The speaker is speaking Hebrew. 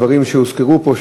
לפי הדברים שהוזכרו פה,